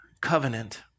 covenant